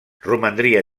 romandria